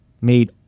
made